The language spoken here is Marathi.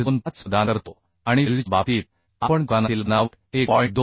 25 प्रदान करतो आणि वेल्डच्या बाबतीत आपण दुकानातील बनावट 1